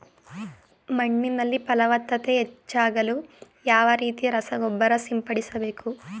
ಮಣ್ಣಿನಲ್ಲಿ ಫಲವತ್ತತೆ ಹೆಚ್ಚಾಗಲು ಯಾವ ರೀತಿಯ ರಸಗೊಬ್ಬರ ಸಿಂಪಡಿಸಬೇಕು?